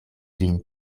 vin